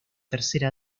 tercera